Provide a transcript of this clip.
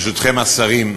ברשותכם, השרים,